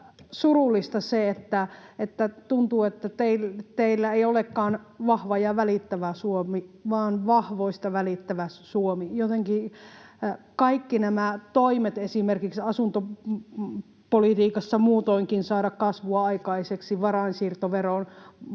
surullista, kun tuntuu, että teillä ei olekaan vahva ja välittävä Suomi vaan vahvoista välittävä Suomi. Jotenkin kaikki nämä toimet, kun asuntopolitiikassa muutoinkin on tarkoituksena saada kasvua aikaiseksi — varainsiirtoveron